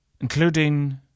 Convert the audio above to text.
Including